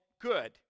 good